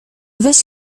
weź